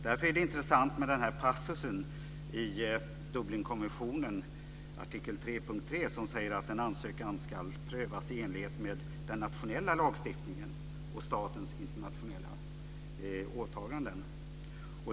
Därför är det intressant med den här passusen i Dublinkonventionen, artikel 3.3, som säger att en ansökan ska prövas i enlighet med den nationella lagstiftningen och statens internationella åtaganden.